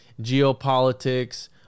geopolitics